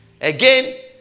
Again